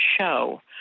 show